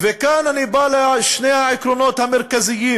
כאן אני בא לשני העקרונות המרכזיים